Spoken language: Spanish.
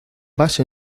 base